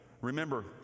Remember